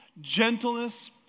gentleness